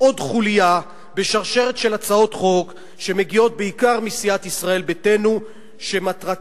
עוד חוליה בשרשרת של הצעות חוק שמגיעות בעיקר מסיעת ישראל ביתנו ומטרתן